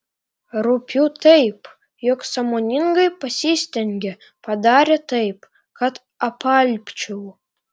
rūpiu taip jog sąmoningai pasistengė padarė taip kad apalpčiau